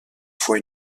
fois